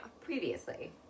previously